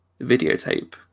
videotape